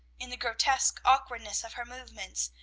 in the grotesque awkwardness of her movements,